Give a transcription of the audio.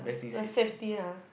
the safety ah